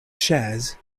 shares